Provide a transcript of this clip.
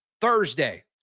Thursday